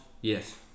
Yes